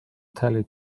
telly